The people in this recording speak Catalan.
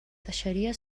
deixaria